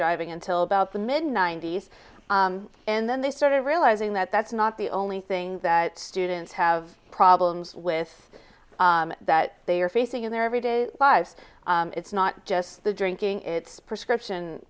driving until about the mid ninety's and then they started realizing that that's not the only thing that students have problems with that they are facing in their everyday lives it's not just the drinking it's prescription